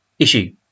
issue